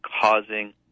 causing